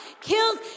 kills